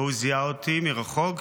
והוא זיהה אותי מרחוק.